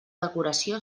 decoració